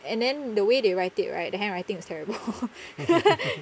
and then the way they write it right the handwriting is terrible